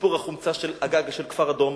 סיפור החומצה על הגג בכפר-דרום,